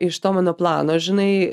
iš to mano plano žinai